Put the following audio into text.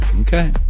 Okay